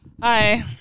Hi